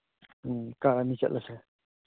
ꯎꯝ car ꯑꯅꯤ ꯆꯠꯂꯁꯦ